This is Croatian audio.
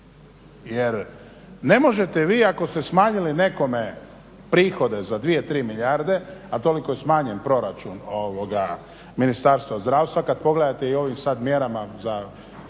Jer ne možete vi ako ste smanjili nekome prihode za dvije, tri milijarde a toliko je smanjen proračun Ministarstva zdravstva kad pogledate i ovim sad mjerama za